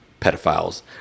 pedophiles